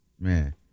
Man